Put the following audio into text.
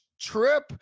trip